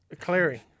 Clary